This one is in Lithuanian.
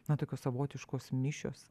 na tokios savotiškos mišios